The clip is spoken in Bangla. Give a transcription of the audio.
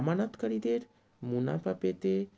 আমানতকারীদের মুনাফা পেতে